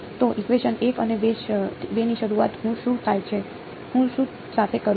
તો ઇકવેશન 1 અને 2 ની શરૂઆત હું શું સાથે કરું